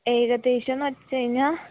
ഏകദേശമെന്ന് വെച്ചുകഴിഞ്ഞാല്